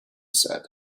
said